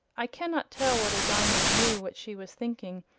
i cannot tell whether diamond knew what she was thinking,